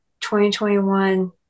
2021